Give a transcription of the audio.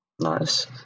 Nice